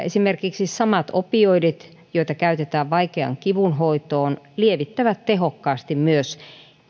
esimerkiksi samat opioidit joita käytetään vaikeaan kivunhoitoon lievittävät tehokkaasti myös